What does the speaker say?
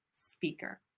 speaker